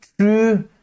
true